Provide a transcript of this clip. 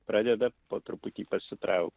pradeda po truputį pasitraukt